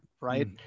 right